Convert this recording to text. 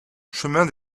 chemin